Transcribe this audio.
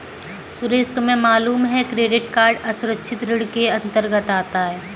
सुरेश तुम्हें मालूम है क्रेडिट कार्ड असुरक्षित ऋण के अंतर्गत आता है